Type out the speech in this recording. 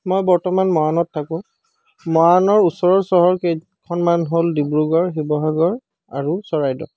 মই বৰ্তমান মৰাণত থাকোঁ মৰাণৰ ওচৰৰ চহৰ কেইখনমান হ'ল ডিব্ৰুগড় শিৱসাগৰ আৰু চৰাইদেউ